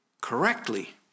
correctly